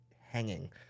hanging